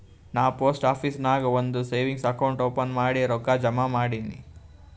ನಾ post office ನಾಗ್ ಒಂದ್ ಸೇವಿಂಗ್ಸ್ ಅಕೌಂಟ್ ಓಪನ್ ಮಾಡಿ ರೊಕ್ಕಾ ಜಮಾ ಮಾಡಿನಿ